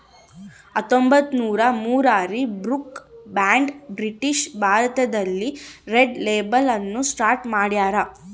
ಹತ್ತೊಂಬತ್ತುನೂರ ಮೂರರಲ್ಲಿ Brooke Bond British ಭಾರತದಲ್ಲಿ ರೆಡ್ ಲೇಬಲ್ ಅನ್ನು ಸ್ಟಾರ್ಟ್ ಮಾಡ್ಯಾರ